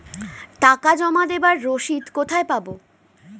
টাকা জমা দেবার রসিদ কোথায় পাব?